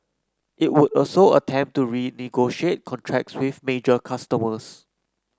it would also attempt to renegotiate contracts with major customers